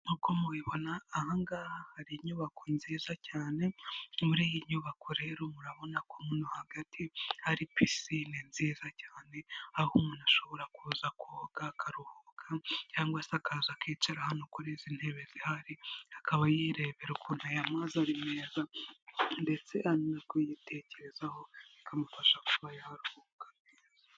Nk'uko mubibona aha ngaha hari inyubako nziza cyane, muri iyi nyubako rero murabona ko hano hagati hari pisinine nziza cyane, aho umuntu ashobora kuza koga akaruhuka cyangwa se akaza akicara hano kuri izi ntebe zihari, akaba yirebera ukuntu aya mazi ari meza, ndetse ari nako yitekerezaho, bikamufasha kuba yaruhuka.